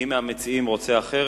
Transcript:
מי מהמציעים רוצה אחרת?